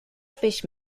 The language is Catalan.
peix